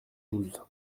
douze